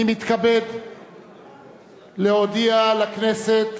אני מתכבד להודיע לכנסת,